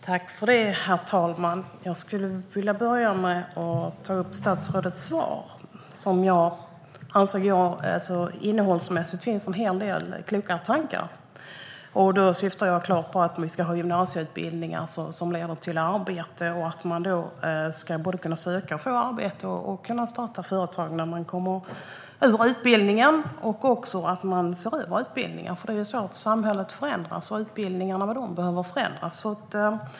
Herr talman! Jag vill börja med att ta upp statsrådets svar, som jag tycker innehåller en hel del kloka tankar. Då syftar jag såklart på att vi ska ha gymnasieutbildningar som leder till arbete, att man ska kunna både söka och få arbete och kunna starta företag när man går ut utbildningen och att utbildningen ska ses över. Samhället förändras ju, och utbildningarna behöver därmed förändras.